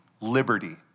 liberty